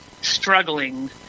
struggling